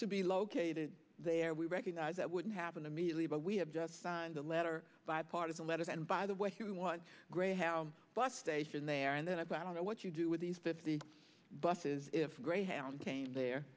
to be located there we recognize that wouldn't happen immediately but we have just signed the letter by part of the letter and by the way he was greyhound bus station there and then i don't know what you do with these buses if greyhound came there